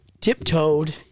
tiptoed